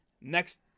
Next